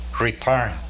return